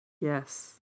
Yes